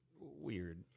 Weird